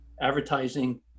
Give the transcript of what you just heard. advertising